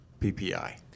PPI